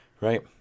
Right